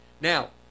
Now